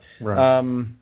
Right